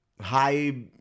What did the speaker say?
high